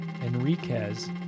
Enriquez